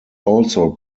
also